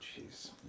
Jeez